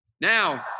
Now